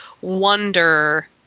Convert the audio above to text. wonder